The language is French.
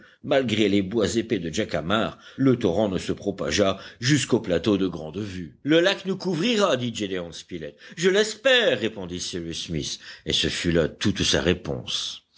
malgré les bois épais de jacamar le torrent ne se propageât jusqu'au plateau de grandevue le lac nous couvrira dit gédéon spilett je l'espère répondit cyrus smith et ce fut là toute sa réponse